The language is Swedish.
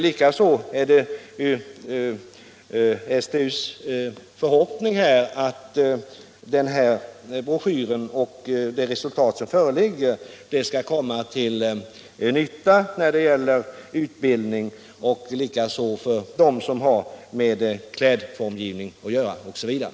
Likaså är det STU:s förhoppning att broschyren och de resultat som redan föreligger skall komma till nytta i utbildningen för dem som har med klädformgivning att göra osv.